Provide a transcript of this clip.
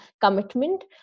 commitment